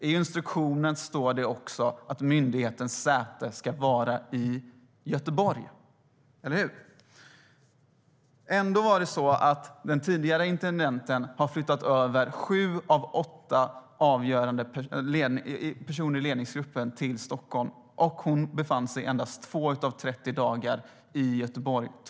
I instruktionen står det också att myndighetens säte ska vara i Göteborg, eller hur? Ändå har den tidigare intendenten flyttat över sju av åtta avgörande personer i ledningsgruppen till Stockholm, och hon befann sig endast 2 av 30 dagar i Göteborg.